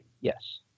yes